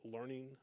learning